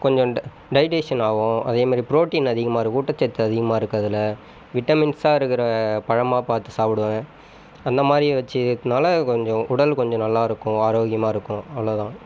கொஞ்சம் ட டயிஜிஷன் ஆகும் அதே மாதிரி புரோடீன் அதிகமாயிருக்கும் ஊட்டச்சத்து அதிகமாக இருக்கும் அதில் விட்டமின்ஸ்ஸாக இருக்குகிற பழமாக பார்த்து சாப்பிடுவேன் அந்த மாதிரி வச்சு இருக்கனாலே கொஞ்சம் உடல் கொஞ்சம் நல்லாயிருக்கும் ஆரோக்கியமாக இருக்கும் அவ்வளோ தான்